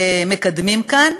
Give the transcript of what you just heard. מקדמים כאן,